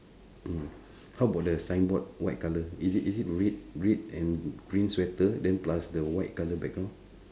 mm how about the signboard white colour is it is it red red and green sweater then plus the white colour background